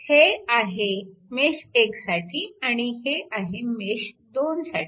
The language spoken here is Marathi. हे आहे मेश 1 साठी आणि हे आहे मेश 2 साठी